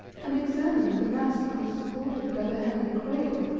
and examined the mass that was supported by the hanging cradle.